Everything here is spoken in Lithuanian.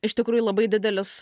iš tikrųjų labai didelis